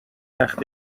تخت